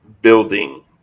building